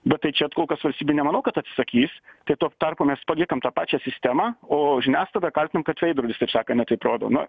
bet tai čia kol kas valstybė nemanau kad atsisakys kai tuo tarpu mes paliekam tą pačią sistemą o žiniasklaidą kaltinam kad veidrodis taip sakant ne taip atrodo na